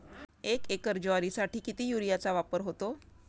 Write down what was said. एक एकर ज्वारीसाठी किती युरियाचा वापर होतो?